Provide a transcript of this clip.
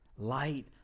Light